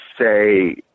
say